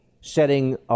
setting